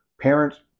parents